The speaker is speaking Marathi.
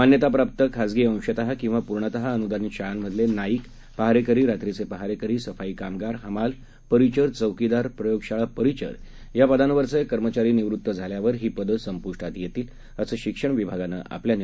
मान्यताप्राप्त खाजगी अंशतः किंवा पूर्णतः अनुदानित शाळांमधले नाईक पहारेकरी रात्रीचे पहारेकरी सफाई कामगार हमाल परिचर चौकीदार प्रयोगशाळा परिचर या पदांवरचे कर्मचारी निवृत्त झाल्यावर ही पदं संपुष्टात येतील असं शिक्षण विभागानं आपल्या निर्णयात स्पष्ट केलं आहे